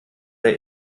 der